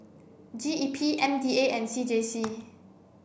G E P M D A and C J C